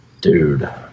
Dude